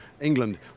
England